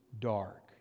dark